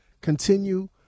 Continue